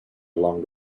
along